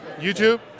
YouTube